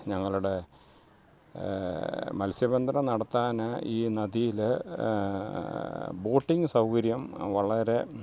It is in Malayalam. ഞങ്ങളുടെ മൽസ്യബന്ധനം നടത്താൻ ഈ നദിയിൽ ബോട്ടിംഗ് സൗകര്യം വളരെ